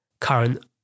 current